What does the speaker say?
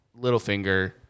Littlefinger